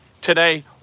today